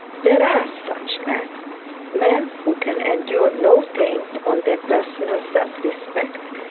there are such men men who can endure no taint on their personal self-respect,